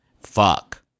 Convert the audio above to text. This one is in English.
Fuck